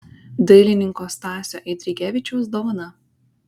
dailininko stasio eidrigevičiaus dovana